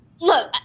look